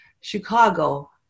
Chicago